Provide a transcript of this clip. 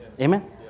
Amen